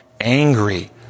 angry